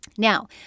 Now